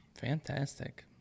Fantastic